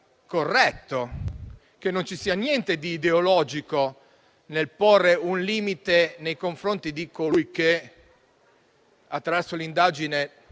corretto e che non ci sia niente di ideologico nel porre un limite nei confronti di colui che, attraverso l'indagine